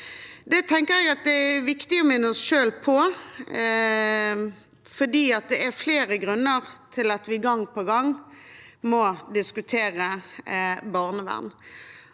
jeg er viktig å minne hverandre på, for det er flere grunner til at vi gang på gang må diskutere barnevern.